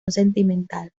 sentimental